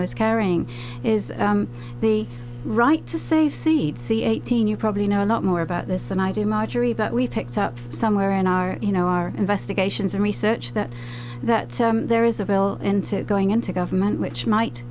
i was carrying is the right to safety see eighteen you probably know a lot more about this than i do marjorie that we picked up somewhere in our you know our investigations and research that that there is a veil and going into government which might